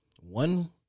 one